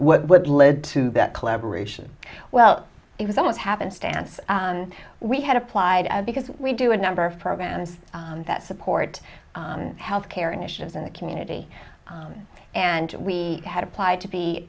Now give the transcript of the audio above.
ca what led to that collaboration well it was almost happenstance we had applied because we do a number of programs that support health care initiatives in the community and we had applied to be